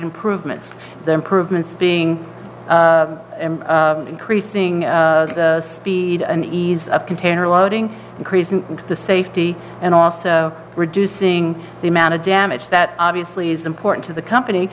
improvements the improvements being increasing the speed and ease of container loading increasing the safety and also reducing the amount of damage that obviously is important to the company